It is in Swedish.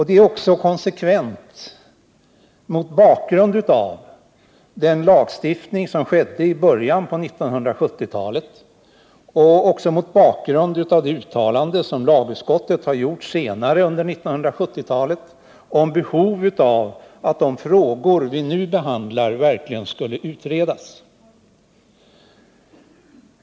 Det är också konsekvent mot bakgrund av den lagstiftning som skedde i början av 1970-taiet, liksom mot bakgrund av det uttalande som lagutskottet har gjort senare under 1970-talet om behovet av att de frågor vi nu behandlar verkligen skulle utredas.